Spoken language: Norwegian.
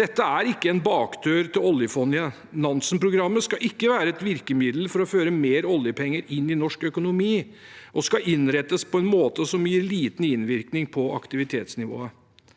Dette er ikke en bakdør til oljefondet. Nansen-programmet skal ikke være et virkemiddel for å føre mer oljepenger inn i norsk økonomi, og det skal innrettes på en måte som gir liten innvirkning på aktivitetsnivået.